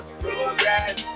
progress